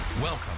Welcome